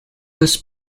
this